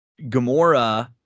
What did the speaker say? Gamora